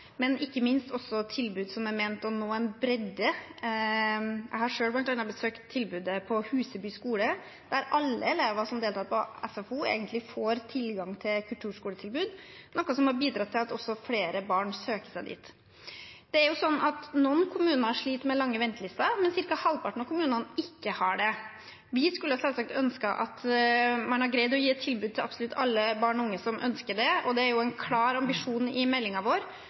ikke minst på tilbud som er ment å nå en bredde. Blant annet har jeg selv besøkt tilbudet på Huseby skole, der egentlig alle elever som deltar på SFO, får tilgang til et kulturskoletilbud, noe som har bidratt til at flere barn søker seg dit. Noen kommuner sliter med lange ventelister, mens ca. halvparten av kommunene ikke har det. Vi skulle selvsagt ønske at man hadde greid å gi et tilbud til absolutt alle barn og unge som ønsker det, og det er en klar ambisjon i meldingen vår.